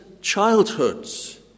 childhoods